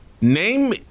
Name